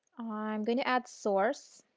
i am going to add source